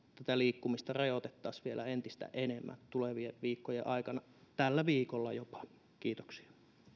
tätä liikkumista rajoitettaisiin vielä entistä enemmän tulevien viikkojen aikana tällä viikolla jopa kiitoksia